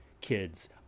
kids